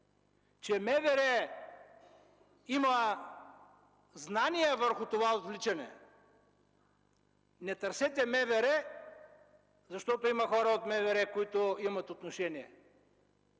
че МВР има знания върху това отвличане. „Не търсете МВР, защото има хора от МВР, които имат отношение”.